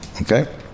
Okay